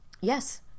Yes